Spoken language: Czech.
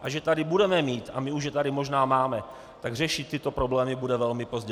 A že je tady budeme mít, a my už je tady možná máme, tak řešit tyto problémy bude velmi pozdě.